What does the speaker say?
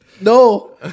No